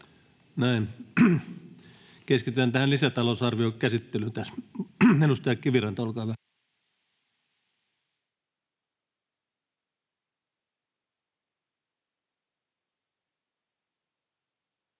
Näin. — Keskitytään tähän lisätalousarvion käsittelyyn tässä. — Edustaja Kiviranta, olkaa hyvä.